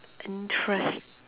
interest